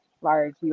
large